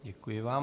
Děkuji vám.